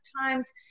times